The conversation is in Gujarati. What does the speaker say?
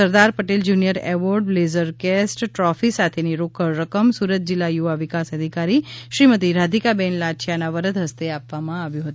સરદાર પટેલ જુનિયર એવોર્ડ બ્લેઝર કેસ્ટ ટ્રોફી સાથેની રોકડ રકમ સુરત જિલ્લા યુવા વિકાસ અધિકારી શ્રીમતી રાધિકાબેન લાઠીયાના વરદ હસ્તે આપવામાં આવેલ છે